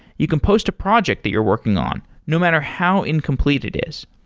you can post a project that you're working on no matter how incomplete it is.